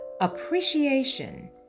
appreciation